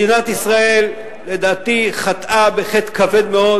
מדינת ישראל לדעתי חטאה חטא כבד מאוד